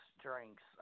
Drinks